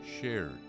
shared